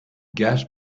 guest